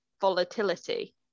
volatility